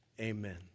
Amen